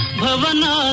bhavana